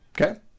okay